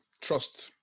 trust